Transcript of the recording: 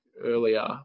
earlier